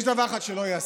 יש דבר אחד שלא ייעשה.